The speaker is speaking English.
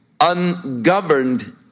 ungoverned